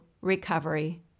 recovery